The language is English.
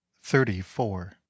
Thirty-four